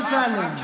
אמסלם,